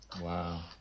wow